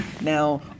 Now